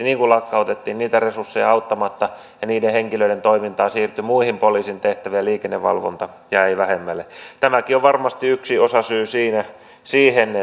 niin kuin lakkautettiin niitä resursseja auttamatta niiden henkilöiden toimintaa siirtyi muihin poliisin tehtäviin ja liikennevalvonta jäi vähemmälle tämäkin on varmasti yksi osasyy siihen